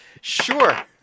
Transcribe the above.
sure